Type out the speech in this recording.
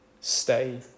Stay